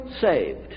saved